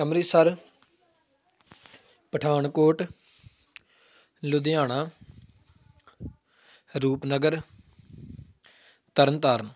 Amritsar Pathankot Ludhiana Rupnagar Tarn Taran